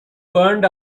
burned